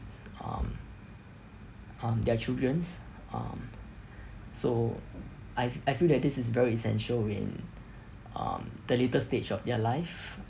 um um their childrens um so I've I feel that this is very essential in um the later stage of their life